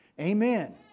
Amen